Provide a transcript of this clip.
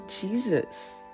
Jesus